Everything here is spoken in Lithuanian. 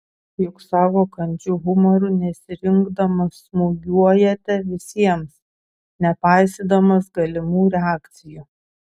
juk savo kandžiu humoru nesirinkdamas smūgiuojate visiems nepaisydamas galimų reakcijų